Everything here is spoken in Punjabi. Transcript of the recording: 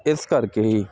ਇਸ ਕਰਕੇ ਹੀ